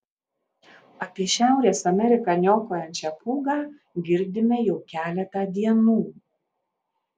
apie šiaurės ameriką niokojančią pūgą girdime jau keletą dienų